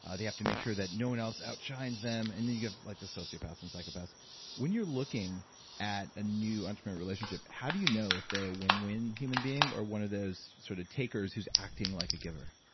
ah they have to make sure that no one else outshines them and then you get like the sociopaths and psychopaths when you're looking at a new entrepreneur relationship, how do you know if they're a win-win human being or one of those sort of takers who's acting like a giver?